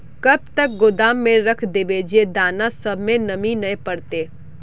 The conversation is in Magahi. कब तक गोदाम में रख देबे जे दाना सब में नमी नय पकड़ते?